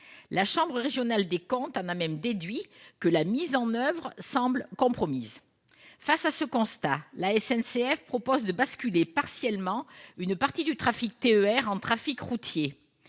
La chambre régionale des comptes en a même déduit que sa mise en oeuvre « semble compromise ». Face à ce constat, la SNCF propose de basculer partiellement une partie du trafic TER en trafic routier.